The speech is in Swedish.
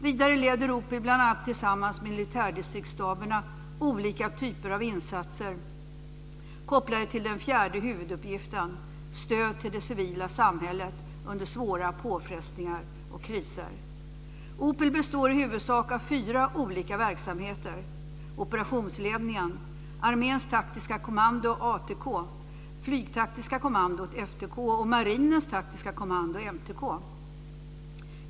Vidare leder OPIL, bl.a. tillsammans med militärdistriktsstaberna, olika typer av insatser kopplade till den fjärde huvuduppgiften: stöd till det civila samhället under svåra påfrestningar och kriser. OPIL består i huvudsak av fyra olika verksamheter: operationsledningen, arméns taktiska kommando, ATK, flygtaktiska kommandot, FTK, och marinens taktiska kommando, MTK.